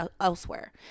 elsewhere